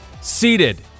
seated